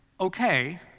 okay